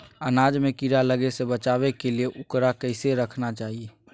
अनाज में कीड़ा लगे से बचावे के लिए, उकरा कैसे रखना चाही?